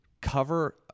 cover